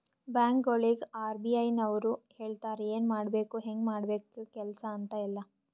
ಬ್ಯಾಂಕ್ಗೊಳಿಗ್ ಆರ್.ಬಿ.ಐ ನವ್ರು ಹೇಳ್ತಾರ ಎನ್ ಮಾಡ್ಬೇಕು ಹ್ಯಾಂಗ್ ಮಾಡ್ಬೇಕು ಕೆಲ್ಸಾ ಅಂತ್ ಎಲ್ಲಾ